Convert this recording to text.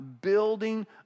building